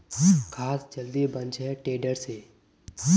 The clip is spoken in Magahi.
घास जल्दी बन छे टेडर से